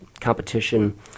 competition